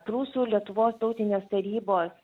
prūsų lietuvos tautinės tarybos